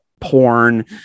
porn